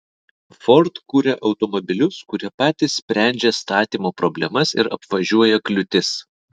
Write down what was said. ford kuria automobilius kurie patys sprendžia statymo problemas ir apvažiuoja kliūtis